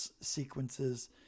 sequences